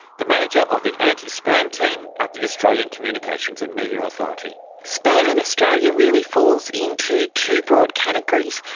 the manager of the anti-spam team at the australian communications and media authority. spam in australia really falls into two broad categories.